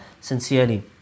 sincerely